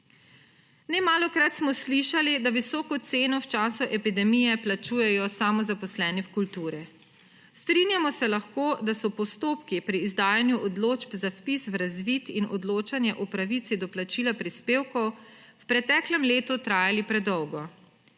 Nemalokrat smo slišali, da visoko ceno v času epidemije plačujejo samozaposleni v kulturi. Strinjamo se lahko, da so postopki pri izdajanju odločb za vpis v razvid in odločanje o pravici do plačila prispevkov v preteklem letu trajali predolgo.